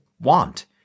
want